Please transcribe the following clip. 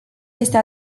este